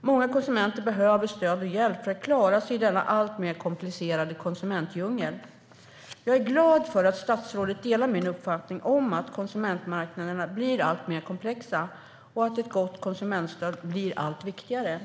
Många konsumenter behöver stöd och hjälp för att klara sig i denna alltmer komplicerade konsumentdjungel. Jag är glad för att statsrådet delar min uppfattning om att konsumentmarknaderna blir alltmer komplexa och att ett gott konsumentstöd blir allt viktigare.